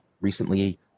recently